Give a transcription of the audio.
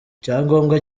icyangombwa